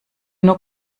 nur